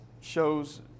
shows